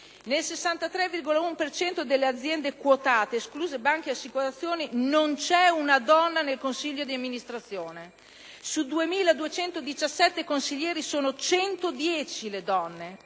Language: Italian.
per cento delle aziende quotate, escluse banche e assicurazioni, non c'è una donna nei consigli di amministrazione. Su 2.217 consiglieri sono 110 le donne,